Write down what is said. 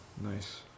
Nice